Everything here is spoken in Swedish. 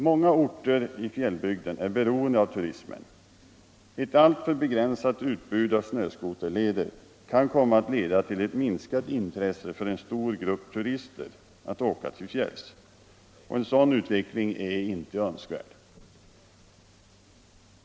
Många orter i fjällbygden är beroende av turismen. Ett alltför begränsat utbud av snöskoterleder kan komma att leda till ett minskat intresse hos en stor grupp turister av att åka till fjälls. En sådan utveckling är inte önskvärd.